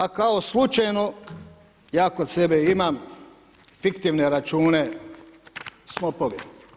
A kao slučajno, ja kod sebe imam fiktivne račune, snopovi.